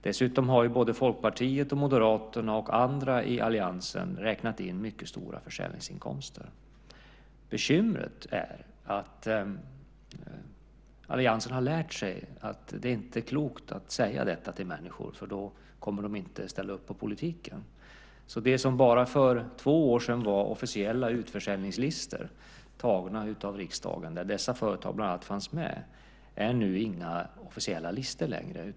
Dessutom har både Folkpartiet, Moderaterna och andra i alliansen räknat in mycket stora försäljningsinkomster. Bekymret är att alliansen har lärt sig att det inte är klokt att säga detta till människor, för då kommer de inte att ställa upp på politiken. Det som för bara två år sedan var officiella utförsäljningslistor antagna av riksdagen, där bland andra dessa företag fanns med, är nu inga officiella listor längre.